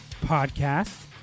Podcast